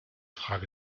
frage